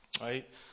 Right